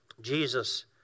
Jesus